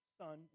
son